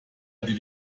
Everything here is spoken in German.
die